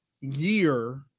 year